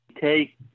take